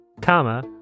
comma